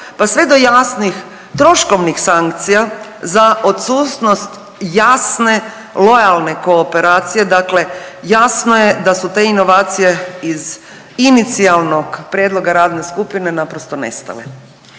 pa sve do jasnih troškovnih sankcija za odsutnost jasne lojalne kooperacije, dakle jasno je da su te inovacije iz inicijalnog prijedloga radne skupine naprosto nestale,